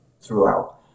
throughout